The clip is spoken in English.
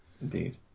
Indeed